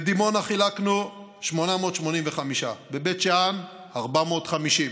בדימונה חילקנו 885, בבית שאן, 450,